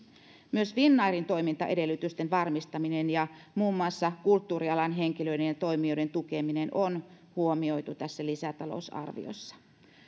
myös finnairin toimintaedellytysten varmistaminen ja muun muassa kulttuurialan henkilöiden ja toimijoiden tukeminen on huomioitu tässä lisätalousarviossa